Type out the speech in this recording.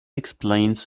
explains